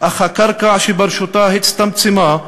אך הקרקע שברשותה הצטמצמה,